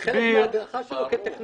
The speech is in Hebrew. זה חלק מההדרכה שלו כטכנאי.